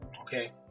Okay